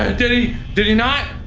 ah did he did he not?